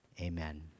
amen